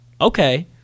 okay